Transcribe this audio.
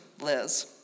Liz